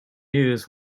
news